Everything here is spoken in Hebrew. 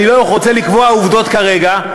אני לא רוצה לקבוע עובדות כרגע,